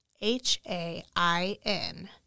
H-A-I-N